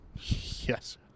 Yes